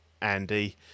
Andy